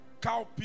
cowpea